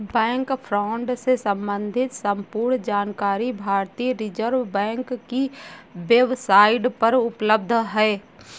bank fraud से सम्बंधित संपूर्ण जानकारी भारतीय रिज़र्व बैंक की वेब साईट पर उपलब्ध है